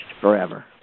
forever